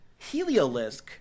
Heliolisk